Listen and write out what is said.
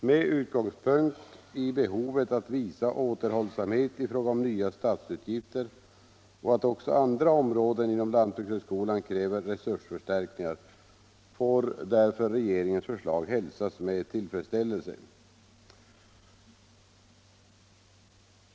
Med utgångspunkt i behovet att visa återhållsamhet i fråga om nya statsutgifter och i att också andra områden inom lantbrukshögskolan kräver resursförstärkningar får regeringens förslag hälsas med tillfredsställelse.